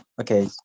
Okay